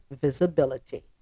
visibility